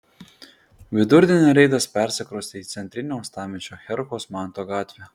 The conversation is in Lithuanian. vidurdienį reidas persikraustė į centrinę uostamiesčio herkaus manto gatvę